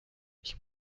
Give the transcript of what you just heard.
ich